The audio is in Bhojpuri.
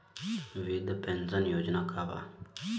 वृद्ध पेंशन योजना का बा?